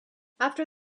after